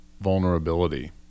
vulnerability